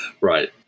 Right